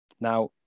Now